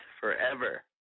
forever